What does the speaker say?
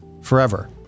forever